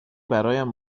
برایم